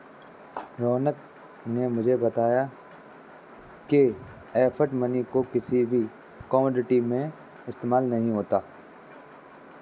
रौनक ने मुझे बताया की फिएट मनी को किसी भी कोमोडिटी में इस्तेमाल नहीं होता है